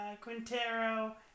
Quintero